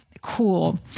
cool